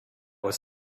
was